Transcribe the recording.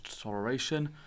toleration